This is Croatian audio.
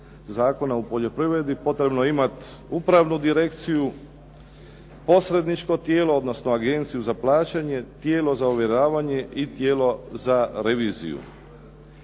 Zakona o poljoprivredi. Potrebno je imati upravnu direkciju, posredničko tijelo, odnosno Agenciju za plaćanje, tijelo za ovjeravanje i tijelo za reviziju.